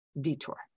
detour